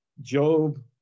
Job